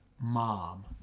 mom